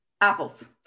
Apples